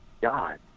God